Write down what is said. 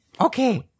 Okay